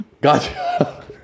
Gotcha